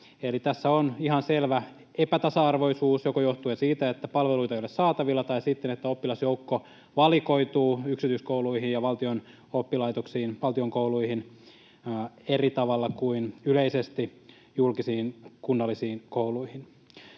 tässä on ihan selvä epätasa-arvoisuus joko johtuen siitä, että palveluita ei ole saatavilla, tai sitten siitä, että oppilasjoukko valikoituu yksityiskouluihin ja valtion kouluihin eri tavalla kuin yleisesti julkisiin kunnallisiin kouluihin.